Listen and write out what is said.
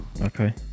Okay